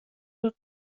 بار